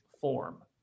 form